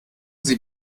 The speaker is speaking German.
sie